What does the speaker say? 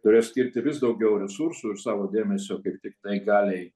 turės skirti vis daugiau resursų ir savo dėmesio kaip tik tai galiai